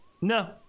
No